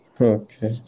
Okay